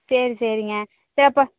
சரி சரிங்க சரி அப்போ